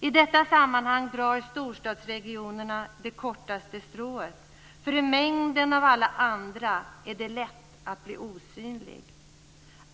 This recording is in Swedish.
I detta sammanhang drar storstadsregionerna det kortaste strået eftersom det i mängden av alla andra är lätt att bli osynlig.